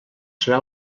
serà